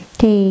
thì